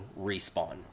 respawn